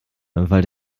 weil